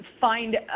find